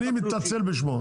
אני מתנצל בשמו.